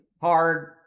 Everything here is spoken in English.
hard